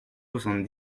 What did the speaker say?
soixante